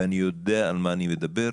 ואני יודע על מה אני מדבר.